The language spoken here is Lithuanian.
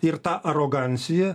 ir ta arogancija